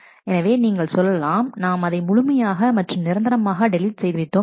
எனவே நீங்கள் சொல்லலாம் நாம் அதை முழுமையாக மற்றும் நிரந்தரமாக டெலீட் செய்து விட்டோம் என்று